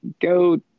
go